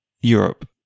Europe